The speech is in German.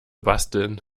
basteln